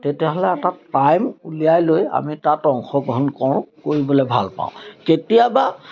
তেতিয়াহ'লে এটা টাইম উলিয়াই লৈ আমি তাত অংশগ্ৰহণ কৰোঁ কৰিবলে ভাল পাওঁ কেতিয়াবা